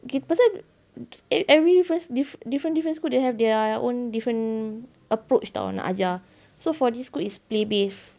okay pasal every different different school they have their own different approach [tau] nak ajar so for this school is play based